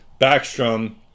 Backstrom